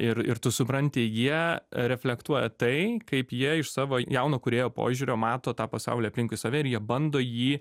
ir ir tu supranti jie reflektuoja tai kaip jie iš savo jauno kūrėjo požiūrio mato tą pasaulį aplinkui save ir jie bando jį